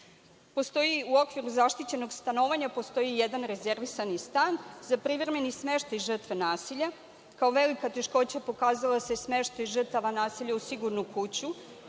okviru zaštićenog stanovanja postoji jedan rezervisani stan za privremeni smeštaj žrtve nasilja. Kao velika teškoća pokazao se smeštaj žrtava nasilja u sigurnu kuću